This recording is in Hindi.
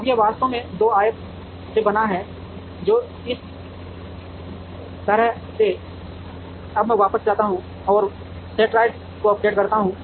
अब यह वास्तव में दो आयतों से बना है जो इस तरह हैं अब मैं वापस जाता हूं और सेंट्रोइड्स को अपडेट करता हूं